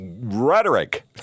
rhetoric